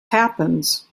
happens